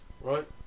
Right